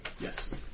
Yes